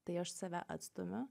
tai aš save atstumiu